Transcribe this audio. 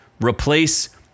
replace